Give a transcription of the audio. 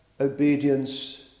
obedience